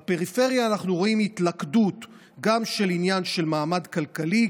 בפריפריה אנחנו רואים התלכדות גם של עניין של מעמד כלכלי,